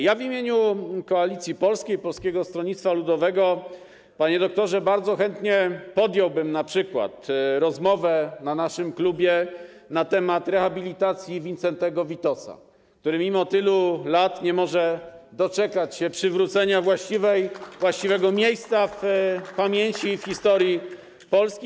Ja w imieniu Koalicji Polskiej - Polskiego Stronnictwa Ludowego, panie doktorze, bardzo chętnie podjąłbym np. rozmowę w naszym klubie na temat rehabilitacji Wincentego Witosa, który mimo tylu lat nie może doczekać się przywrócenia właściwego miejsca w pamięci i w historii Polski.